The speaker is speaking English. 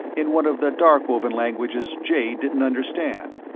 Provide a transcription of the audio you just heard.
in one of the darkovan languages jay didn't understand,